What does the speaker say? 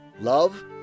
love